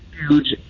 Huge